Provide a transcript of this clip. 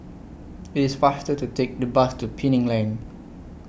IT IS faster to Take The Bus to Penang Lane